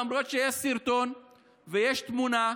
למרות שיש סרטון ויש תמונה,